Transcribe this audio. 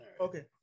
okay